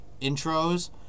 intros